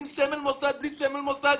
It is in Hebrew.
עם סמל מוסד ובלי סמל מוסד,